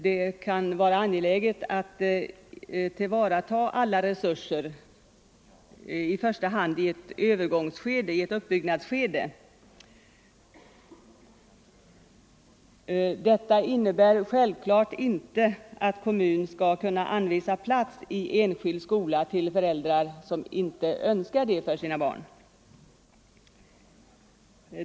Det kan vara angeläget att tillvarata alla resurser, i första hand i ett uppbyggnadsskede. Det innebär självklart inte att kommun skall kunna anvisa plats i enskild förskola till barn vilkas föräldrar inte önskar det.